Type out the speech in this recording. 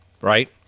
right